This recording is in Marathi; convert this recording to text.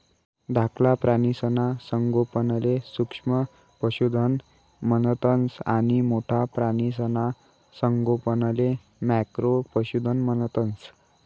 धाकला प्राणीसना संगोपनले सूक्ष्म पशुधन म्हणतंस आणि मोठ्ठा प्राणीसना संगोपनले मॅक्रो पशुधन म्हणतंस